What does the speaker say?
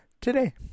today